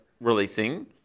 releasing